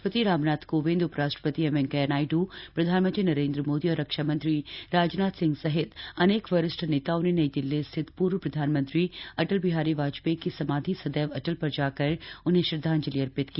राष्ट्रपति रामनाथ कोविंद उपराष्ट्रपति एम वेंकैया नायडू प्रधानमंत्री नरेन्द्र मोदी और रक्षा मंत्री राजनाथ सिंह सहित अनेक वरिष्ठ नेताओं ने नई दिल्ली स्थित पूर्व प्रधानमंत्री अटल बिहारी वाजपेयी की समाधि सदैव अटल पर जाकर उन्हें श्रद्वांजलि दी